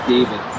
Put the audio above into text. David